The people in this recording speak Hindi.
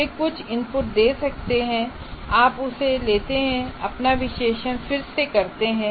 वे कुछ इनपुट दे सकते हैं आप उसे लेते हैं और अपना विश्लेषण फिर से करते हैं